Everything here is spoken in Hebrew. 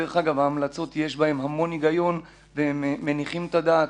דרך אגב בהמלצות יש המון היגיון והן מניחות את הדעת,